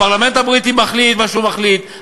הפרלמנט הבריטי מחליט מה שהוא מחליט,